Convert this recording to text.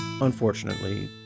unfortunately